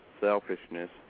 selfishness